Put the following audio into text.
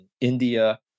India